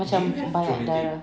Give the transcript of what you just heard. macam banyak darah